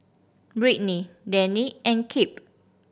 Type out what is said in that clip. Britny Danny and Kipp